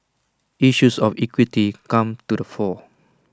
issues of equity come to the fore